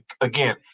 Again